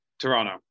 Toronto